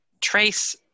trace